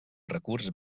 recurs